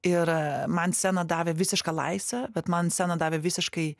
ir man scena davė visišką laisvę bet man scena davė visiškai